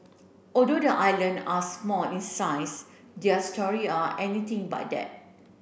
although the island are small in size their story are anything but that